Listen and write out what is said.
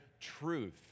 truth